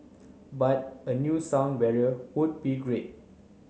but a new sound barrier would be great